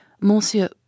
Monsieur